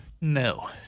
No